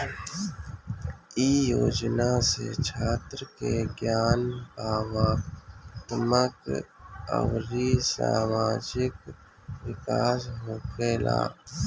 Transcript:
इ योजना से छात्र के ज्ञान, भावात्मक अउरी सामाजिक विकास होखेला